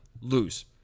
lose